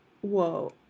Whoa